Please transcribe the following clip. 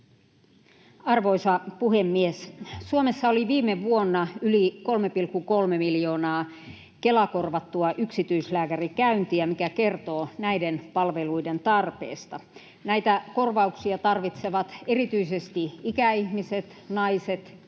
Arvoisa puhemies! Suomessa oli viime vuonna yli 3,3 miljoonaa Kela-korvattua yksityislääkärikäyntiä, mikä kertoo näiden palveluiden tarpeesta. Näitä korvauksia tarvitsevat erityisesti ikäihmiset, naiset,